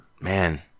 Man